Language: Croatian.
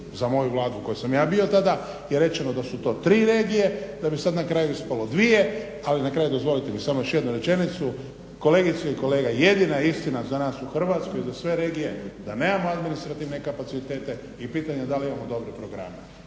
za moju Vladu kojoj sam ja bio tada je rečeno da su to tri regije, da bi sad na kraju ispalo dvije. Ali na kraju dozvolite mi samo još jednu rečenicu. Kolegice i kolege, jedina istina za nas u Hrvatskoj i za sve regije da nemamo administrativne kapacitete i pitanje je da li imamo dobre programe.